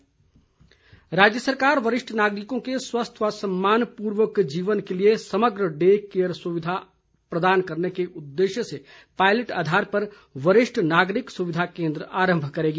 CM बैठक राज्य सरकार वरिष्ठ नागरिकों के स्वस्थ व सम्मानपूर्वक जीवन के लिए समग्र डे केयर सुविधा प्रदान करने के उद्देश्य से पायलट आधार पर वरिष्ठ नागरिक सुविधा केन्द्र आरंभ करेगी